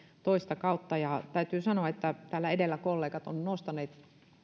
toista kautta ja täytyy sanoa että täällä edellä kollegat ovat nostaneet